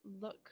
look